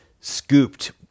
scooped